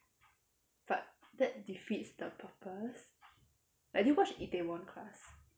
but that defeats the purpose like did you watch itaewon class